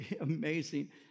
amazing